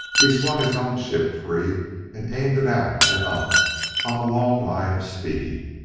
he swung his own ship free and aimed it out and up on a long line of speed.